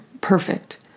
perfect